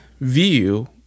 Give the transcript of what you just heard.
view